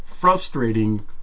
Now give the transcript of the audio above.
frustrating